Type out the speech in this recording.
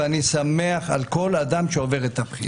ואני שמח על כל אדם שעובר את הבחינה.